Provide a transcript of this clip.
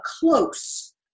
close